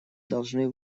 должны